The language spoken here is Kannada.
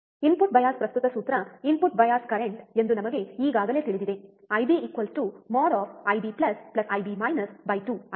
ಇನ್ಪುಟ್ ಬಯಾಸ್ ಕರೆಂಟ್ ಸೂತ್ರ ಇನ್ಪುಟ್ ಬಯಾಸ್ ಕರೆಂಟ್ ಎಂದು ನಮಗೆ ಈಗಾಗಲೇ ತಿಳಿದಿದೆ ಐಬಿ | ಐಬಿ IB ಐಬಿ | 2 ಅಲ್ಲವೇ